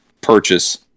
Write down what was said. purchase